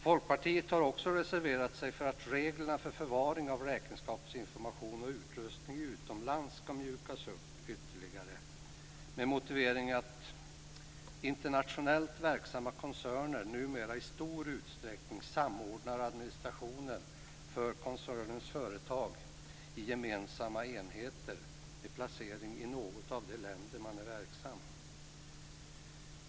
Folkpartiet har också reserverat sig för att reglerna för förvaring av räkenskapsinformation och utrustning utomlands ska mjukas upp ytterligare. Motiveringen är att internationellt verksamma koncerner numera i stor utsträckning samordnar administrationen för koncernens företag i gemensamma enheter med placering i något av de länder man är verksam i.